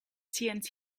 tnt